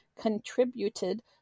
contributed